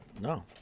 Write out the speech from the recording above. No